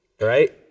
right